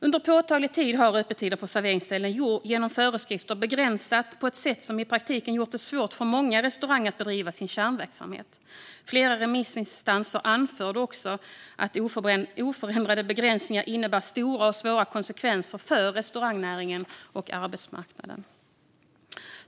Under påtaglig tid har öppettider på serveringsställen genom föreskrifter begränsats på ett sätt som i praktiken gjort det svårt för många restauranger att bedriva sin kärnverksamhet. Flera remissinstanser anförde också att oförändrade begränsningar innebär stora och svåra konsekvenser för restaurangnäringen och arbetsmarknaden.